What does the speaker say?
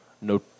no